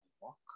Walk